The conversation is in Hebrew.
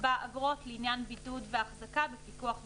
יקבע אגרות לעניין בידוד והחזקה בפיקוח והשגחה.